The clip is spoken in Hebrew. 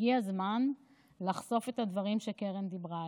הגיע הזמן לחשוף את הדברים שקרן דיברה עליהם.